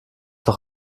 doch